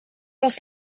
was